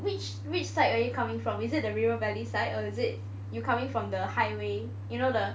which which side are you coming from is it the River Valley side or is it you coming from the highway you know the